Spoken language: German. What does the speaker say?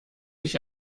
ich